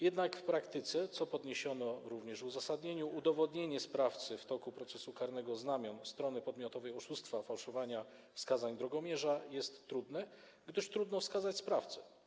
Jednak w praktyce, co również podniesiono w uzasadnieniu, udowodnienie sprawcy w toku procesu karnego znamion strony podmiotowej oszustwa fałszowania wskazań drogomierza jest trudne, gdyż trudno wskazać sprawcę.